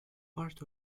part